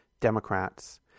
Democrats